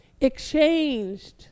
exchanged